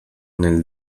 nel